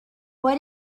what